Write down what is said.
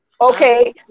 Okay